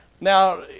Now